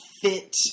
fit